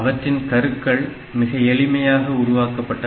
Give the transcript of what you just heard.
அவற்றின் கருக்கள் மிகவும் எளிமையாக உருவாக்கப்பட்டவை